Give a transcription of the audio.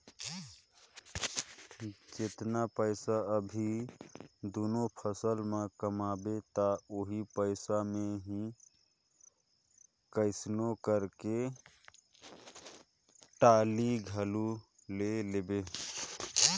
जेतना पइसा अभी दूनो फसल में कमाबे त ओही मे ही कइसनो करके टाली घलो ले लेबे